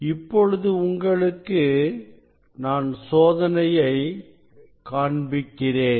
இப்பொழுது உங்களுக்கு நான் சோதனையை காண்பிக்கிறேன்